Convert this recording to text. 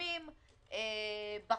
ימים בחקיקה.